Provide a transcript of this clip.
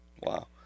Wow